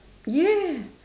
ya